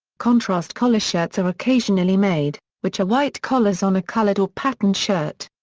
contrast collar shirts are occasionally made, which are white collars on a coloured or patterned shirt.